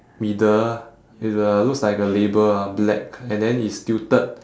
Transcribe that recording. middle with a looks like a label ah black and then it's tilted